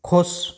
खुश